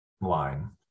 line